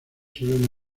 suelen